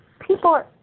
people